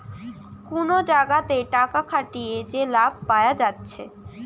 কুনো জাগাতে টাকা খাটিয়ে যে লাভ পায়া যাচ্ছে